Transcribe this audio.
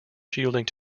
shielding